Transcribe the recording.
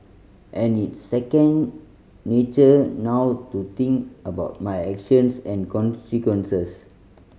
and it's second nature now to think about my actions and consequences